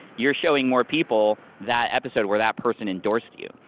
you're showing more people that episode where that person endorsed you,